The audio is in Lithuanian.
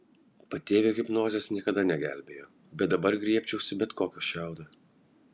patėvio hipnozės niekada negelbėjo bet dabar griebčiausi bet kokio šiaudo